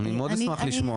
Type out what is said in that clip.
אני מאוד אשמח לשמוע.